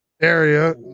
area